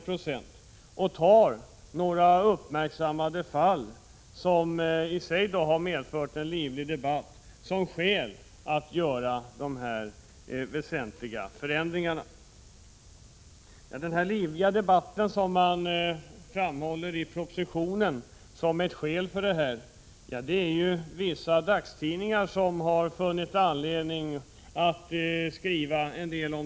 Man tar några uppmärksammade fall, som i sig medfört en livlig debatt, som skäl för att vidta så väsentliga förändringar. Den livliga debatt, som man åberopar i propositionen som skäl för förslaget består i att vissa dagstidningar har funnit anledning att skriva en del.